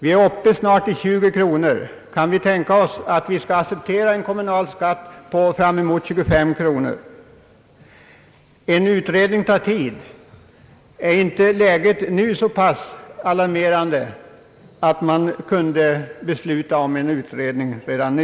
Vi är snart uppe i 20 kronor. Kan vi tänka oss att vi skall acceptera en kommunalskatt på uppemot 25 kronor? En utredning tar tid. är inte läget nu så pass alarmerande att man kunde besluta om en utredning redan nu?